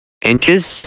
Inches